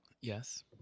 yes